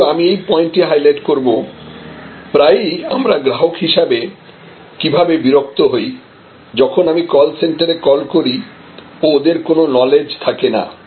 কিন্তু আমি এই পয়েন্টটি হাইলাইট করব প্রায়ই আমরা গ্রাহক হিসাবে কিভাবে বিরক্ত হই যখন আমি কল সেন্টারে কল করি ও ওদের কোন নলেজ থাকেনা